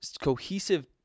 cohesive